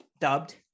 dubbed